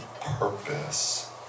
purpose